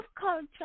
Culture